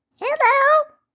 Hello